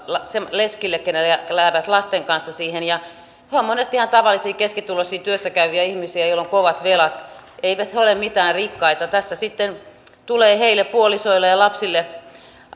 leskille jotka jäävät lasten kanssa siihen tilanteeseen he ovat monesti ihan tavallisia keskituloisia työssäkäyviä ihmisiä joilla on kovat velat eivät he ole mitään rikkaita tässä sitten tulee heille puolisoille ja ja lapsille